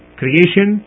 creation